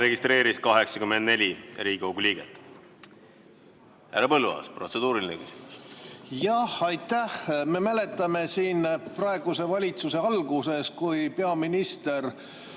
registreerus 84 Riigikogu liiget. Härra Põlluaas, protseduuriline küsimus. Jah, aitäh! Me mäletame siin praeguse valitsuse alguses, kui peaminister